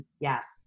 yes